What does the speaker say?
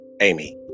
Amy